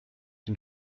den